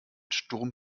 sturm